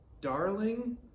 darling